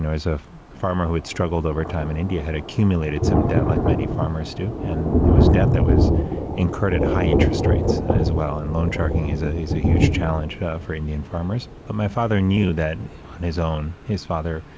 know, as a farmer who had struggled over time in india, had accumulated some debt like many farmers do, and it was debt that was incurred at high interest rates as well, and loan sharking is ah is a huge challenge for indian farmers. but my father knew that on his own his father,